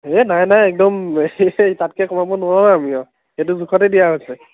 সেই নাই নাই একদম তাতকৈ কমাব নোৱাৰোঁ আমি আৰু সেইটো জোখতে দিয়া হৈছে